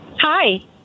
Hi